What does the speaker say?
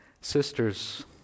Sisters